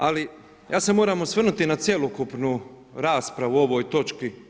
Ali ja se moram osvrnuti na cjelokupnu raspravu o ovoj točki.